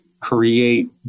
create